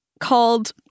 called